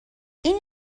این